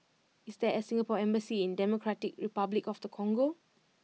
is there a Singapore embassy in Democratic Republic of the Congo